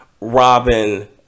Robin